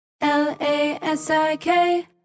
L-A-S-I-K